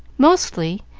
mostly.